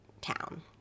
town